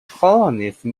colonists